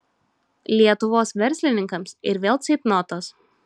lietuvos verslininkams ir vėl ceitnotas